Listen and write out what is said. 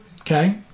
okay